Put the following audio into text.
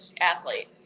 athlete